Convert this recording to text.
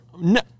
no